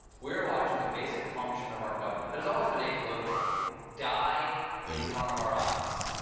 we are watching a basic function of our government that has always been apolitical die in front of our eyes.